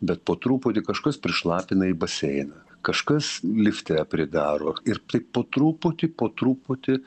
bet po truputį kažkas prišlapina į baseiną kažkas lifte pridaro ir taip po truputį po truputį